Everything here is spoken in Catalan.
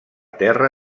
terra